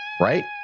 Right